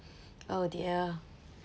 oh dear